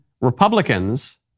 Republicans